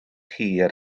hir